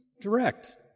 Direct